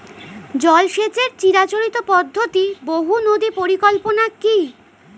জল সেচের চিরাচরিত পদ্ধতি বহু নদী পরিকল্পনা কি?